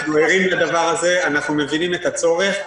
אנחנו ערים לדבר הזה, אנחנו מבינים את הצורך.